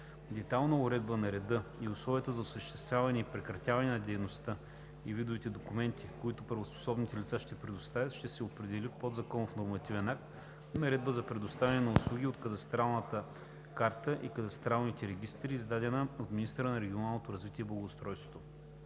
Детайлна уредба на реда и условията за осъществяване и прекратяване на дейността и видовете документи, които правоспособните лица ще предоставят, ще се определи в подзаконов нормативен акт – Наредбата за предоставяне на услуги от кадастралната карта и кадастралните регистри, издадена от министъра на регионалното развитие и благоустройството.